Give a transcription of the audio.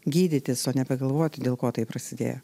gydytis o nebegalvoti dėl ko tai prasidėjo